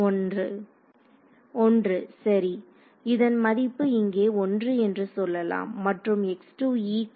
மாணவர் 1 1 சரி இதன் மதிப்பு இங்கே 1 என்று சொல்லலாம் மற்றும் x2e க்கு